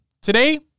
Today